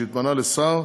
שהתמנה לשר,